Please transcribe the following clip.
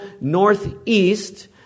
northeast